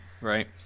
Right